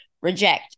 reject